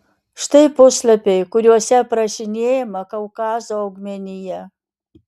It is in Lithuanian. štai puslapiai kuriuose aprašinėjama kaukazo augmenija